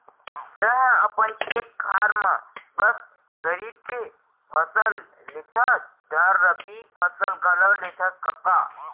तैंहा अपन खेत खार म बस खरीफ के फसल लेथस धन रबि फसल घलौ लेथस कका?